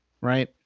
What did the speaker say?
Right